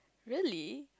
really